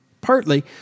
partly